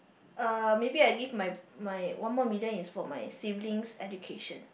uh maybe I give my my one more million is for my siblings' education